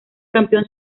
campeón